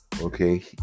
okay